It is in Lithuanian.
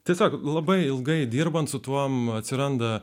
tiesiog labai ilgai dirbant su tuo atsiranda